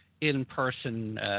in-person